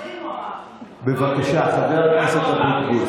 בבקשה, חבר הכנסת אבוטבול.